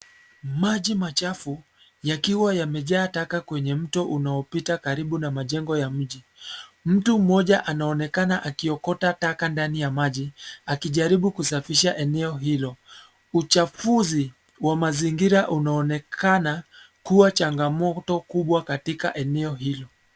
Maji machafu yakiwa yamejaa taka kwenye mto unaopita karibu na majengo ya mji. Mtu mmoja anaonekana akiokota taka ndani ya maji akijaribu kusafisha eneo hilo. Uchafuzi wa mazingira unaonenkana kuwa changamoto kubwa katika eneo hilo.